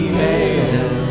Email